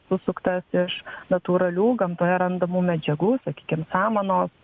susuktas iš natūralių gamtoje randamų medžiagų sakykim samanos